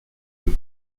eux